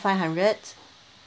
five hundred